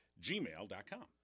gmail.com